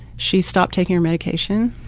she stopped taking her medication.